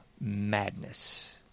madness